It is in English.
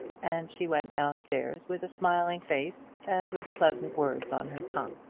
and she went down-stairs with a smiling face and with pleasant words on her tongue.